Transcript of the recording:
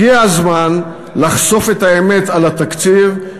הגיע הזמן לחשוף את האמת על התקציב,